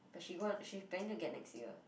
but she go and she planning to get next year